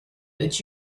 that